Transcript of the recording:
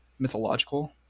mythological